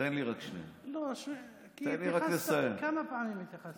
כמה פעמים התייחסת לזה.